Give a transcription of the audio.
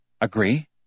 agree